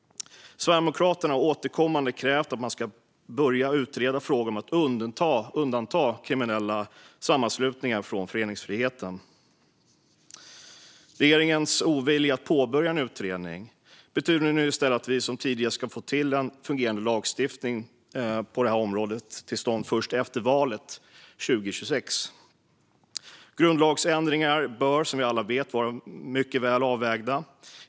Sverigedemokraterna har återkommande krävt att man ska börja utreda frågan om att undanta kriminella sammanslutningar från föreningsfriheten. Regeringens ovilja att påbörja en utredning betyder nu i stället att vi kan få till stånd en fungerande lagstiftning på det här området som tidigast efter valet 2026. Grundlagsändringar bör som vi alla vet vara mycket väl avvägda.